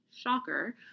shocker